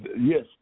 Yes